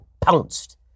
pounced